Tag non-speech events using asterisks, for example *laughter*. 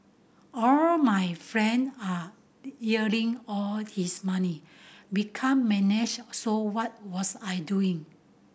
all my friend are *unintelligible* all his money become manage so what was I doing